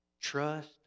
Trust